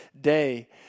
day